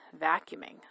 vacuuming